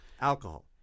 Alcohol